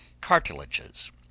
cartilages